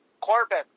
Corbin